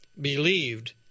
believed